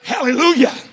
Hallelujah